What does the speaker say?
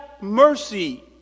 mercy